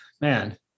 man